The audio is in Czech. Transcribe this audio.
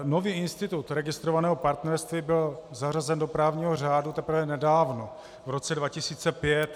Nový institut registrovaného partnerství byl zařazen do právního řádu teprve nedávno, v roce 2005.